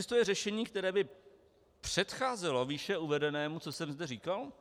Existuje řešení, které by předcházelo výše uvedenému, co jsem kde říkal?